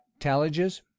tallages